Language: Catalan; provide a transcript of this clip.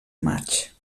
maig